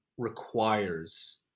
requires